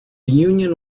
union